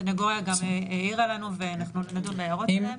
הסנגוריה גם העירה לנו ואנחנו נדון בהערות שלהם.